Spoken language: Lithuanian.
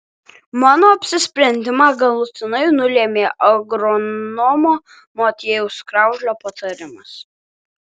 mano apsisprendimą galutinai nulėmė agronomo motiejaus kraužlio patarimas